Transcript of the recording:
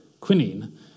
quinine